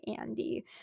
Andy